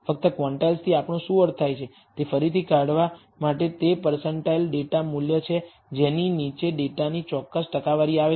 ફક્ત ક્વોન્ટાઇલ્સથી આપણો શું અર્થ થાય છે તે ફરીથી કાઢવા માટે તે પર્સેન્ટાઇલ ડેટા મૂલ્ય છે જેની નીચે ડેટાની ચોક્કસ ટકાવારી આવે છે